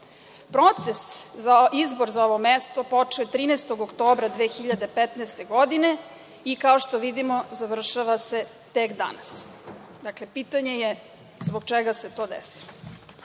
Proces za izbor za ovo mesto počeo je 13. oktobra 2015. godine i, kao što vidimo, završava se tek danas. Dakle, pitanje je – zbog čega se to desilo? Takođe